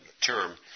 term